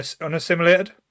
unassimilated